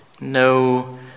No